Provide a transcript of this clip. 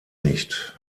nicht